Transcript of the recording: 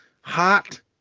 hot